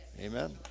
Amen